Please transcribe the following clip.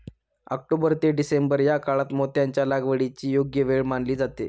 October ते December या काळात मोत्यांच्या लागवडीची योग्य वेळ मानली जाते